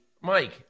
Mike